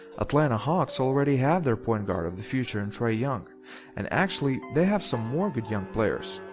atlanta hawks already have their point guard of the future in trae young and actually they have some more good young players.